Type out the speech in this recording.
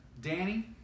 Danny